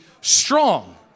strong